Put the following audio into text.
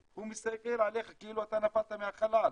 הוא מסתכל עליך כאילו אתה נפלת מהחלל,